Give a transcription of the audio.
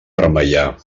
remeiar